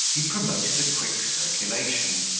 he promoted a quick circulation.